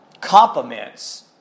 complements